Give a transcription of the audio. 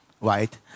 right